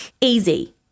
easy